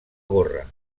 gorra